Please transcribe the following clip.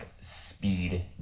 speed